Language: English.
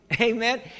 Amen